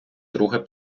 друге